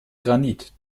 granit